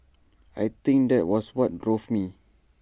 I think that was what drove me